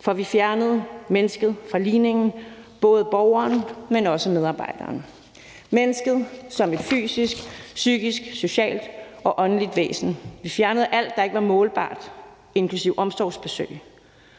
for vi fjernede mennesket fra ligningen, både borgeren, men også medarbejderen, altså mennesket som et fysisk, psykisk, socialt og åndeligt væsen. Vi fjernede alt, der ikke var målbart, inklusive omsorgsbesøgene.